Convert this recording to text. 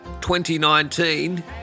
2019